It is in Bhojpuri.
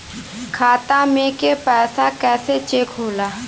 खाता में के पैसा कैसे चेक होला?